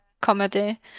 comedy